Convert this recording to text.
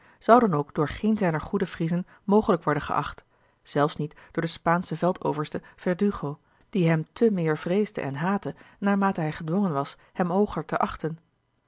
zou dan ook door geen zijner goede friezen mogelijk worden geacht zelfs niet door den spaanschen veldoverste verdugo die hem te meer vreesde en haatte naarmate hij gedwongen was hem hooger te achten